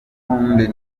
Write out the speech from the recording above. condé